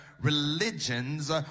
religions